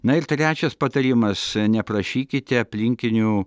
na ir trečias patarimas neprašykite aplinkinių